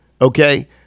okay